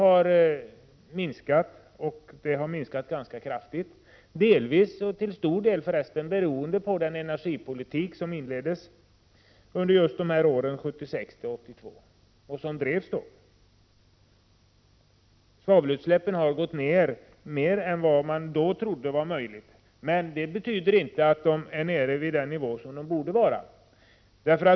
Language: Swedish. De utsläppen har minskat ganska kraftigt, till stor del beroende på den energipolitik som inleddes och drevs under perioden 1976-1982. Svavelutsläppen har minskat mer än vad man då trodde var möjligt. Men det betyder inte att de är nere på den nivå där de borde vara.